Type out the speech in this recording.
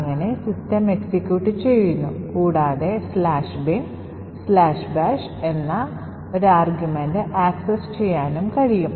അങ്ങനെ system execute ചെയ്യുന്നു കൂടാതെ " bin bash" എന്ന ഒരു ആർഗ്യുമെൻറ് access ചെയ്യാനും കഴിയും